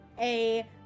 a-